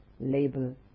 label